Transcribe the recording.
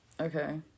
Okay